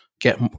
get